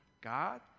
God